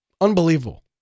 Unbelievable